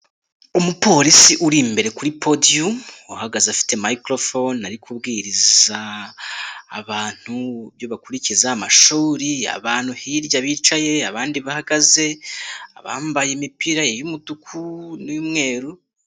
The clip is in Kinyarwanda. Umupolisi uri imbere kuri podiyumu uhagaze afite mikorofone ari kubwiriza abantu ibyo bakurikiza, amashuri y'abantu hirya bicaye abandi bahagaze bambaye imipira y'umutuku n'umweru.